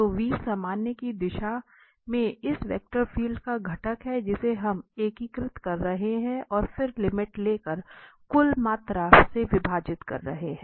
तो 𝑣⃗ सामान्य की दिशा में इस वेक्टर फील्ड का घटक है जिसे हम एकीकृत कर रहे हैं और फिर लिमिट लेकर कुल मात्रा से विभाजित कर रहे हैं